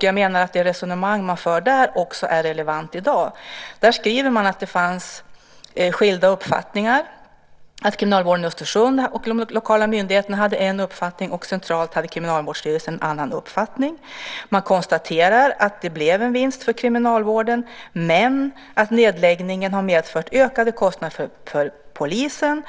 Jag menar att det resonemang man för där också är relevant i dag. Där skriver man att det fanns skilda uppfattningar, att kriminalvården i Östersund och de lokala myndigheterna hade en uppfattning och Kriminalvårdsstyrelsen centralt hade en annan uppfattning. Man konstaterar att det blev en vinst för kriminalvården men att nedläggningen har medfört ökade kostnader för polisen.